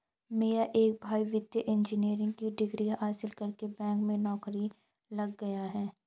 मेरा एक भाई वित्तीय इंजीनियरिंग की डिग्री हासिल करके बैंक में नौकरी लग गया है